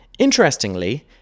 Interestingly